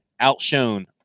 outshone